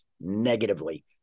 negatively